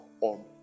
on